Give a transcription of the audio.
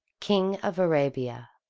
king of arabia,